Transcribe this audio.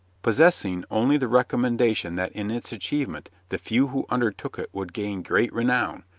possessing only the recommendation that in its achievement the few who undertook it would gain great renown,